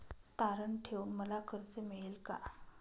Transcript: तारण ठेवून मला कर्ज मिळेल का?